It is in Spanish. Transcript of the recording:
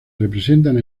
representan